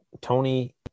tony